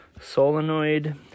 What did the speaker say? solenoid